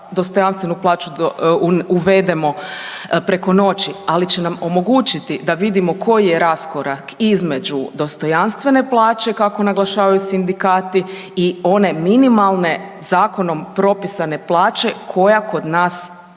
dostojanstvenu plaću uvedemo preko noći, ali će nam omogućiti da vidimo koji je raskorak između dostojanstvene plaće kako naglašavaju sindikati i one minimalne, zakonom propisane plaće koja kod nas po nekim